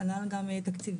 כנ"ל גם תקציבים.